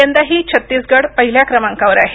यंदाही छत्तिसगड पहिल्या क्रमांकावर आहे